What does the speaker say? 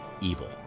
evil